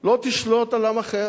לא תשלוט על עם אחר,